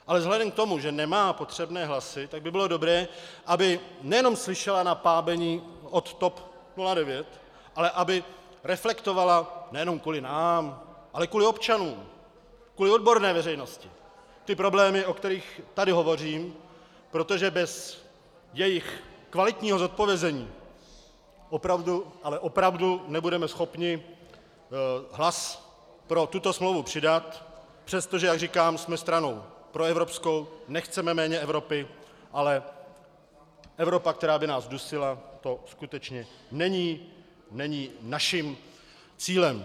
Ale vzhledem k tomu, že nemá potřebné hlasy, tak by bylo dobré, aby nejenom slyšela na pábení od TOP 09, ale aby reflektovala nejenom kvůli nám, ale kvůli občanům, kvůli odborné veřejnosti ty problémy, o kterých tady hovořím, protože bez jejich kvalitního zodpovězení opravdu, ale opravdu nebudeme schopni hlas pro tuto smlouvu přidat, přestože, jak říkám, jsme stranou proevropskou, nechceme méně Evropy, ale Evropa, která by nás dusila, to skutečně není našim cílem.